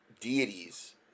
deities